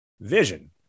vision